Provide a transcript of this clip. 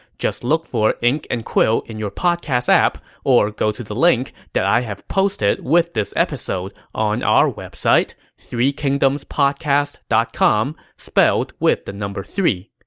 just look for ink and quill in your podcast app, or go to the link that i have posted with this episode on our website, three kingdomspodcast dot com, spelled with the number three.